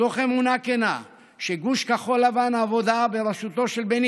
מתוך אמונה כנה שגוש כחול לבן והעבודה בראשותו של בני